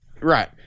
Right